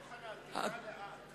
תקרא לאט.